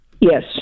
Yes